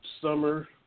summer